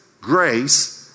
grace